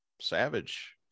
Savage